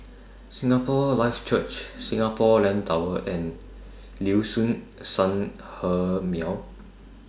Singapore Life Church Singapore Land Tower and Liuxun Sanhemiao